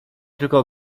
tylko